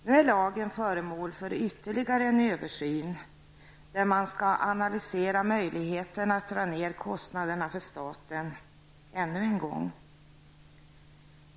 Nu är lagen föremål för ytterligare en översyn, där man skall analysera möjligheten att dra ner kostnaderna för staten ännu en gång.